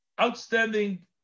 outstanding